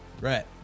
Right